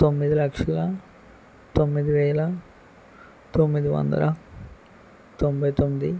తొమ్మిది లక్షల తొమ్మిది వేల తొమ్మిది వందల తొంభై తొమ్మిది